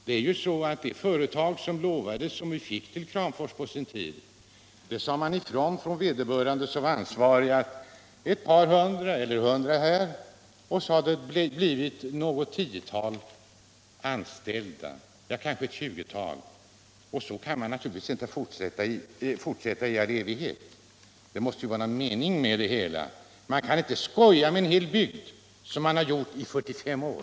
När vi på sin tid fick en del företag till Kramfors sade man från ansvarigt håll att det skulle bli ett par hundra arbetstillfällen här och hundra där, och så har det blivit något tiotal eller kanske ett tjugotal anställda. Så kan man naturligtvis inte fortsätta i all evighet, om det skall vara någon mening med det hela. Man kan inte skoja med en hel bygd, som man nu har gjort i 45 år.